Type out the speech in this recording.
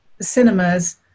cinemas